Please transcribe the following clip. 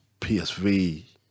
PSV